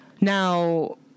Now